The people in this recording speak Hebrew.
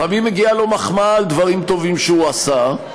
לפעמים מגיעה לו מחמאה על דברים טובים שהוא עשה.